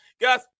guys